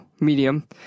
medium